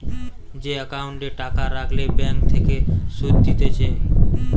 যে একাউন্টে টাকা রাখলে ব্যাঙ্ক থেকে সুধ দিতেছে